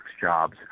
jobs